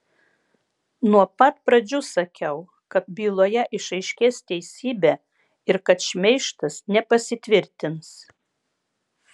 nuo pat pradžių sakiau kad byloje išaiškės teisybė ir kad šmeižtas nepasitvirtins